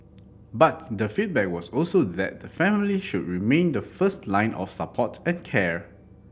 but the feedback was also that the family should remain the first line of support and care